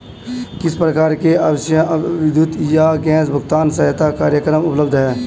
किस प्रकार के आवासीय विद्युत या गैस भुगतान सहायता कार्यक्रम उपलब्ध हैं?